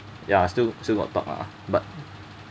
ya still still got talk lah but